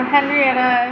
Henrietta